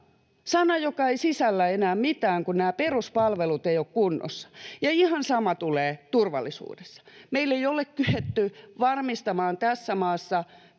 sana, joka ei sisällä enää mitään, kun nämä peruspalvelut eivät ole kunnossa. Ja ihan sama tulee turvallisuudessa. Meillä ei ole kyetty varmistamaan tässä maassa peruspilareita: